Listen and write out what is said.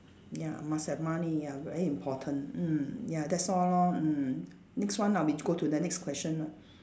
ya must have money ya very important mm ya that's all lor mm next one lah we go to the next question lah